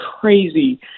crazy